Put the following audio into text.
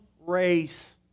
race